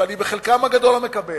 שאני את חלקן הגדול לא מקבל,